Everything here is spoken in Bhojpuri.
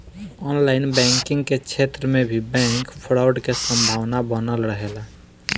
ऑनलाइन बैंकिंग के क्षेत्र में भी बैंक फ्रॉड के संभावना बनल रहेला